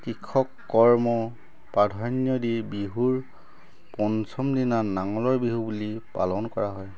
কৃষক কৰ্মক প্ৰাধান্য দি বিহুৰ পঞ্চম দিনা নাঙলৰ বিহু বুলি পালন কৰা হয়